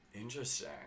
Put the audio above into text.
Interesting